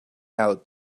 out